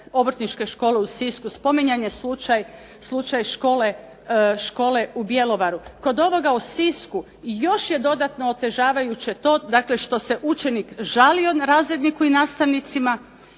Obrtničke škole u Sisku, spominjan je slučaj škole u Bjelovaru. Kod ovoga u Sisku još je dodatno otežavajuće to što se učenik žalio razredniku i nastavnicima,